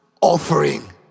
offering